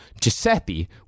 Giuseppe